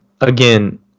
again